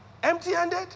Empty-handed